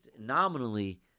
nominally